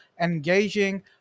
engaging